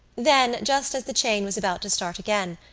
then, just as the chain was about to start again,